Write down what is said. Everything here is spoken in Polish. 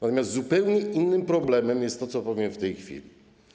Natomiast zupełnie innym problemem jest to, co powiem w tej chwili.